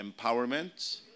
empowerment